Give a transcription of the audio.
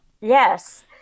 Yes